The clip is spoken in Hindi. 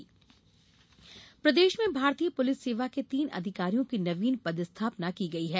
पदस्थापना प्रदेश में भारतीय पुलिस सेवा के तीन अधिकारियों की नवीन पदस्थापना की गई है